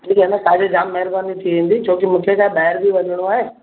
ठीकु आहे न तव्हांजी जाम महिरबानी थी वेंदी छोकी मूंखे छाए ॿाहिरि बि वञणो आहे